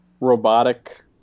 robotic